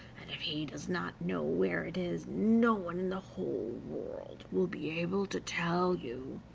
and if he does not know where it is no one in the whole world will be able to tell you.